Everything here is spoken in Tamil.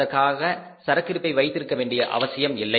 அதற்காக சரக்கிருப்பை வைத்திருக்கவேண்டிய அவசியம் இல்லை